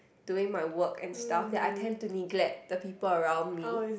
doing my work and stuff then I tend to neglect the people around me